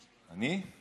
אני?